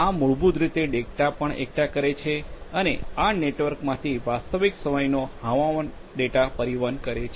આ મૂળભૂત રીતે ડેટા પણ એકઠા કરે છે અને આ નેટવર્કમાંથી વાસ્તવિક સમયનો હવામાન ડેટા પરિવહન કરે છે